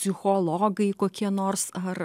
psichologai kokie nors ar